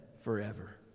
forever